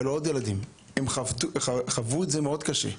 היו לו עוד ילדים והם חוו את זה מאוד קשה.